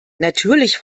natürlich